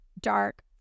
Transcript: dark